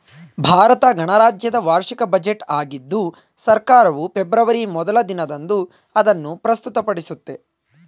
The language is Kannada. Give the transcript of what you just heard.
ಭಾರತ ಗಣರಾಜ್ಯದ ವಾರ್ಷಿಕ ಬಜೆಟ್ ಆಗಿದ್ದು ಸರ್ಕಾರವು ಫೆಬ್ರವರಿ ಮೊದ್ಲ ದಿನದಂದು ಅದನ್ನು ಪ್ರಸ್ತುತಪಡಿಸುತ್ತೆ